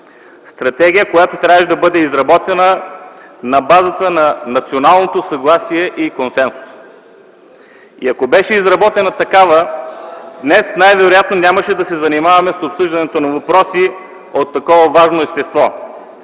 Стратегия, която трябваше да бъде изработена на базата на националното съгласие и консенсуса. Ако беше изработена такава, днес най-вероятно нямаше да се занимаваме с обсъждането на въпроси от такова важно естество,